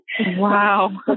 Wow